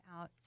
out